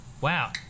wow